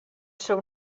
seu